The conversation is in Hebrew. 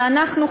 ואנחנו,